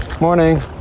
Morning